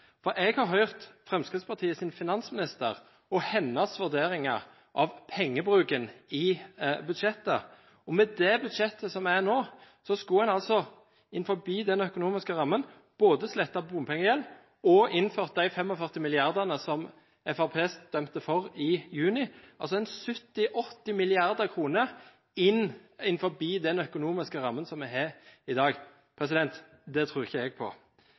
har hørt Fremskrittspartiets finansminister og hennes vurderinger av pengebruken i budsjettet. Med det budsjettet som er nå, skulle man altså innenfor den økonomiske rammen både slettet bompengegjeld og innført de 45 mrd. kr som Fremskrittspartiet stemte for i juni – altså 70–80 mrd. kr innenfor den økonomiske rammen som vi har i dag. Det tror ikke jeg på.